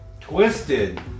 Twisted